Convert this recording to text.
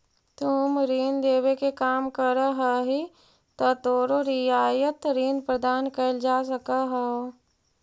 तुम ऋण देवे के काम करऽ हहीं त तोरो रियायत ऋण प्रदान कैल जा सकऽ हओ